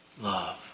love